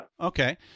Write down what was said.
okay